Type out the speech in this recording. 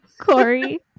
Corey